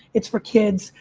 it's for kids,